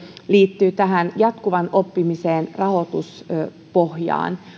liittyy tähän jatkuvan oppimisen rahoituspohjaan